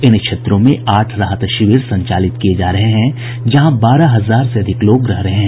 इन क्षेत्रों में आठ राहत शिविर संचालित किये जा रहे हैं जहां बारह हजार से अधिक लोग रह रहे हैं